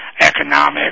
economic